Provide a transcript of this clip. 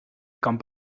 kan